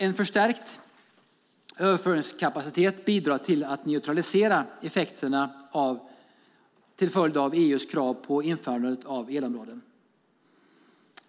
En förstärkt överföringskapacitet bidrar till att neutralisera effekterna till följd av EU:s krav på införandet av elområden.